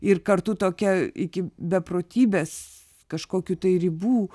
ir kartu tokia iki beprotybės kažkokių tai ribų